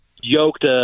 yoked